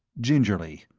gingerly.